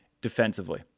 defensively